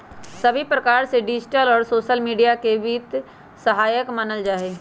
सभी प्रकार से डिजिटल और सोसल मीडिया के वित्त के सहायक मानल जाहई